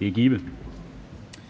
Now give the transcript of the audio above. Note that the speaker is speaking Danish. Det er givet.